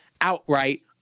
outright